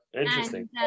interesting